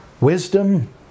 wisdom